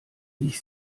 wich